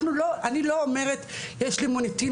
אני לא אומרת שיש לי מוניטין,